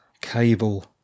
cable